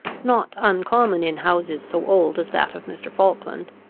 not uncommon in houses so old as that of mr. falkland,